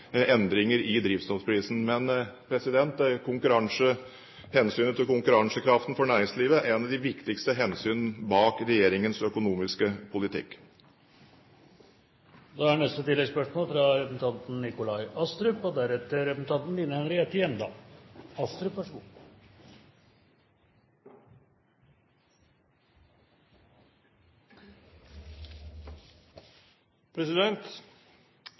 endringer i drivstoffprisen. Men hensynet til konkurransekraften for næringslivet er et av de viktigste hensynene bak regjeringens økonomiske politikk. Nikolai Astrup – til oppfølgingsspørsmål. Regjeringen har varslet en helhetlig gjennomgang av drivstoffavgiftene i statsbudsjettet for 2011. Regjeringens politikk har så